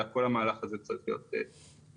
כל המערך הזה צריך להיות משולב.